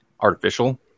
artificial